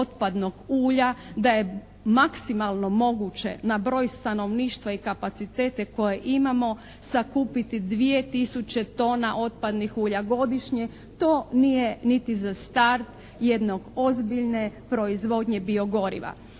da je maksimalno moguće na broj stanovništva i kapacitete koje imamo, sakupiti dvije tisuće tona otpadnih ulja godišnje, to nije niti za start jedne ozbiljne proizvodnje bio-goriva.